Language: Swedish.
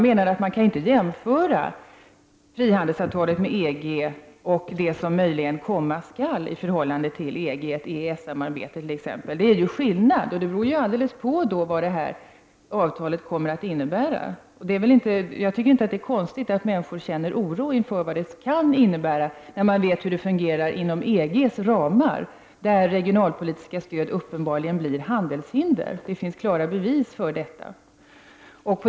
Men man kan inte jämföra frihandelsavtalet med EG med det som möjligen komma skall i förhållande till EG, t.ex. ett EES-samarbete. Det är skillnad. Det beror helt på vad avtalet kommer att innebära. Det är inte konstigt att människor känner oro inför vad det kan innebära, när de vet hur det fungerar inom EG:s ramar, där regionalpolitiska stöd uppenbarligen blir handelshinder. Det finns klara bevis för detta.